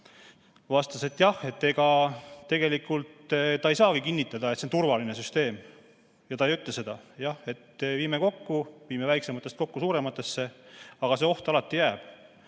vastas, et jah, ega tegelikult ta ei saagi kinnitada, et see on turvaline süsteem, ja ta ei ütle seda. Jah, viime kokku, viime väiksematest kokku suurematesse, aga see oht alati jääb.